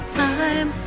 time